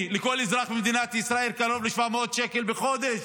לכל אזרח במדינת ישראל בקרוב ל-700 שקל בחודש,